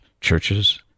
churches